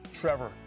Trevor